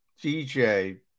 DJ